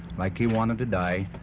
like he wanted to die